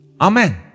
Amen